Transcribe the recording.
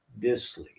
Disley